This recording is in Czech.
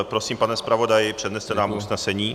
Prosím, pane zpravodaji, předneste nám usnesení.